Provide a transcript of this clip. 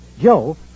Joe